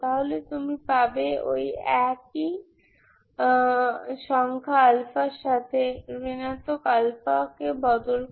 তাহলে তুমি পাবে ওই একই সংখ্যা আলফার সাথে ঋণাত্মক আলফাকে বদল করে